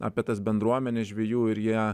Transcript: apie tas bendruomenes žvejų ir jie